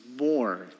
more